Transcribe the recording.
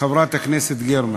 חברת הכנסת גרמן,